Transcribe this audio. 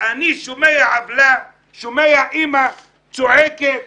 אני שומע עוולה, שומע אמא צועקת,